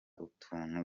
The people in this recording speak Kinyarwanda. utuntu